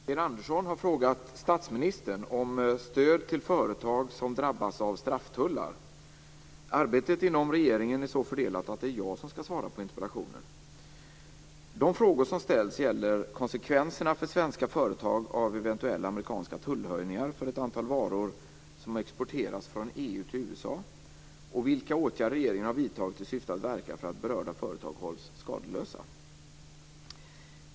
Fru talman! Sten Andersson har frågat statsministern om stöd till företag som drabbas av strafftullar. Arbetet inom regeringen är så fördelat att det är jag som skall svara på interpellationen. De frågor som ställts gäller konsekvenserna för svenska företag av eventuella amerikanska tullhöjningar för ett antal varor som exporteras från EU till USA och vilka åtgärder regeringen har vidtagit i syfte att verka för att berörda företag hålls skadeslösa.